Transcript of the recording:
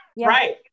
right